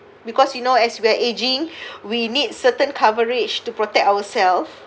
because you know as we're ageing we need certain coverage to protect ourself